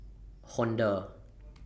Honda